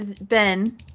Ben